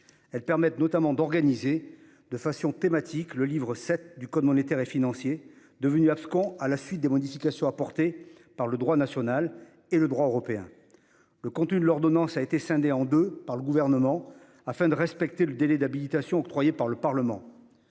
Elles permettent d'organiser de façon thématique le livre VII du code monétaire et financier, devenu abscons à la suite des modifications apportées par le droit national et par le droit européen. Le contenu de l'ordonnance a été scindé en deux par le Gouvernement afin de respecter le délai d'habilitation octroyé par le Parlement.